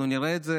אנחנו נראה את זה